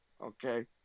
okay